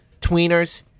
tweeners